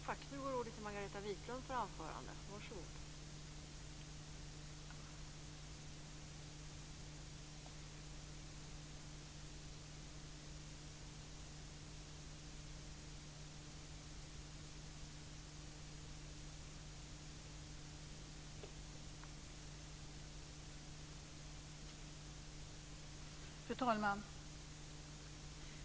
Fru talman!